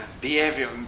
behavior